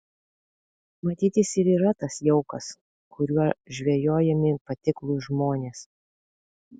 matyt jis ir yra tas jaukas kuriuo žvejojami patiklūs žmonės